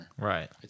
Right